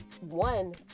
one